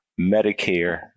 Medicare